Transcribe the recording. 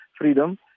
freedom